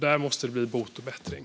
Där måste det bli bot och bättring.